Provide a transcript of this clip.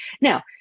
Now